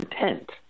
intent